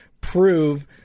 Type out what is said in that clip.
prove